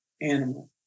animal